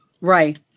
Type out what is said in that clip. Right